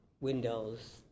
Windows